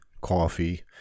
Coffee